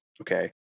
Okay